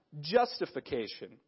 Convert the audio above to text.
justification